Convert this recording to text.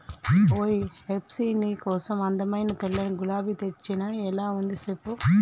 ఓయ్ హెప్సీ నీ కోసం అందమైన తెల్లని గులాబీ తెచ్చిన ఎలా ఉంది సెప్పు